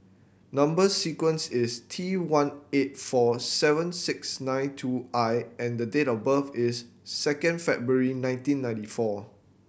number sequence is T one eight four seven six nine two I and date of birth is second February nineteen ninety four